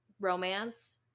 romance